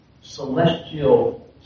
celestial